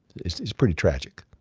it's it's pretty tragic.